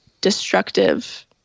destructive